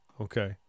Okay